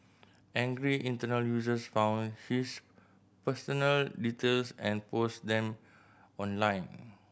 angry Internet users found his personal details and posted them online